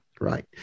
Right